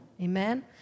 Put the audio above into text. Amen